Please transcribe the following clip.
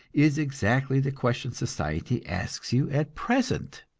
is exactly the question society asks you at present.